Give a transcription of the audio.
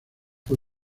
fue